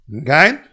okay